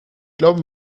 glaube